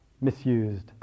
misused